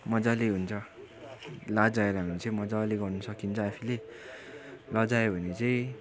मज्जाले हुन्छ लजाएन भने चाहिँ मज्जाले गर्नु सकिन्छ आफूले लजायो भने चाहिँ